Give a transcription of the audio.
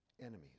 enemies